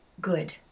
good